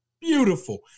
beautiful